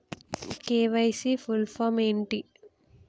KYC full form ఏంటి?